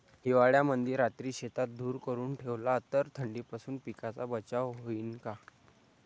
हिवाळ्यामंदी रात्री शेतात धुर करून ठेवला तर थंडीपासून पिकाचा बचाव होईन का?